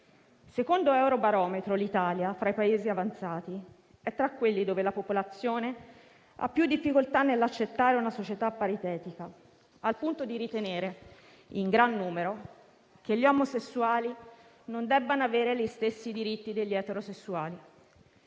Secondo Eurobarometro l'Italia, tra i Paesi avanzati, è tra quelli in cui la popolazione ha più difficoltà nell'accettare una società paritetica, al punto di ritenere, in gran numero, che gli omosessuali non debbano avere gli stessi diritti degli eterosessuali.